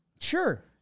Sure